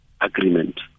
agreement